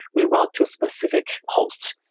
we route to specific host.